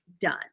done